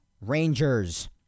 Rangers